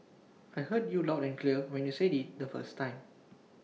I heard you loud and clear when you said IT the first time